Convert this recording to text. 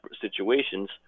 situations